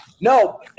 No